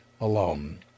alone